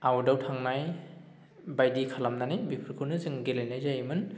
आउटआव थांनाय बायदि खालामनानै बेफोरखौनो जों गेलेनाय जायोमोन